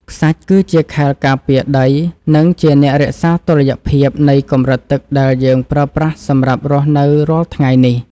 ខ្សាច់គឺជាខែលការពារដី និងជាអ្នករក្សាតុល្យភាពនៃកម្រិតទឹកដែលយើងប្រើប្រាស់សម្រាប់រស់នៅរាល់ថ្ងៃនេះ។